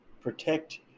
protect